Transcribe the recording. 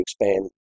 expand